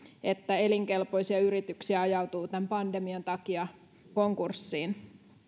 että elinkelpoisia yrityksiä ajautuu tämän pandemian takia konkurssiin